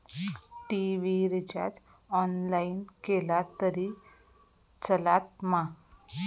TV recharge online केला तरी चलात मा?